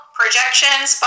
projections